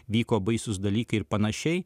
vyko baisūs dalykai ir panašiai